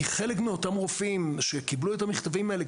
כי חלק מאותם רופאים שקיבלו את המכתבים האלה,